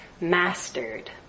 mastered